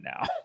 now